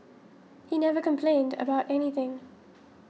he never complained about anything